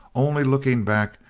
only looking back,